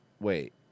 Wait